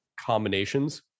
combinations